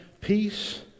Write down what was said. peace